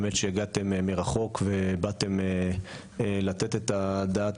שבאמת הגעתם מרחוק ובאתם לתת את הדעת